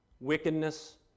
Wickedness